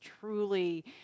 truly